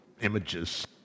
Images